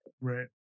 Right